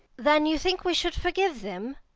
then you think we should forgive them?